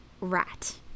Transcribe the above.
rat